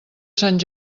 sant